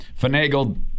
finagled